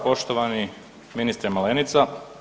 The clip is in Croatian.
Poštovani ministre Malenica.